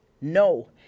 no